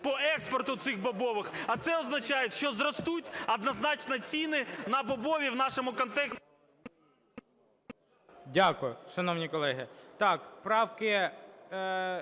по експорту цих бобових, а це означає, що зростуть однозначно ціни на бобові в нашому контексті… ГОЛОВУЮЧИЙ. Дякую, шановні колеги. Так, правки